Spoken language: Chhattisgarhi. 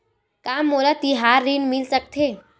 का मोला तिहार ऋण मिल सकथे?